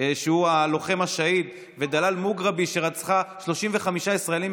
היו כאלה שעשו את זה,